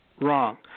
wrong